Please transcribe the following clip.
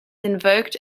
invoked